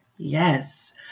Yes